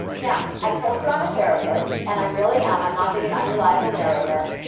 now, i told you i'm a therapist, and i really am, i'm not being an unreliable narrator.